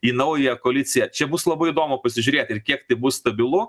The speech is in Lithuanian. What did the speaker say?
į naują koaliciją čia bus labai įdomu pasižiūrėt ir kiek tai bus stabilu